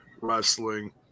Wrestling